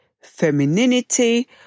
femininity